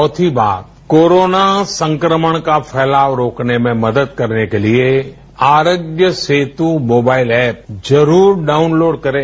चौथी बात कोरोना संक्रमण का फैलाव रोकने में मदद करने के लिए आरोग्य सेतू मोबाइल ऐप जरूर डाउनलोड करें